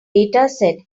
dataset